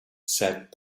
said